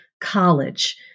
college